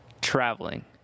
traveling